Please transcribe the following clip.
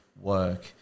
Work